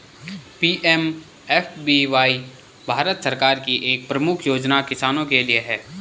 PMFBY Bharat सरकार की एक प्रमुख योजना किसानों के लिए है